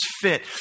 fit